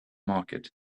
market